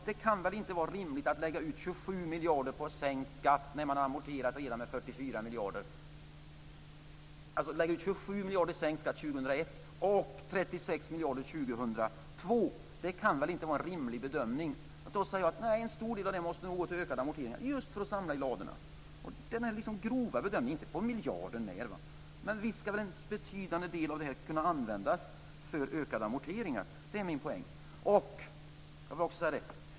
Det kan väl inte vara rimligt att lägga ut 27 miljarder på sänkt skatt. Att lägga ut 27 miljarder i sänkt skatt 2001 och 36 miljarder 2002 kan väl inte vara en rimlig bedömning. En stor del av det måste gå till ökade amorteringar just för att samla i ladorna. Det är den grova bedömningen, inte på miljarden när. Men visst ska väl en betydande del av det här kunna användas för ökade amorteringar, det är min poäng.